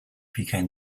became